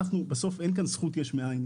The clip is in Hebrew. בסוף אין כאן זכות יש מאין,